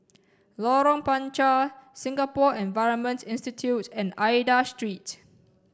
Lorong Panchar Singapore Environment Institute and Aida Street